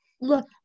Look